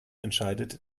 entscheidet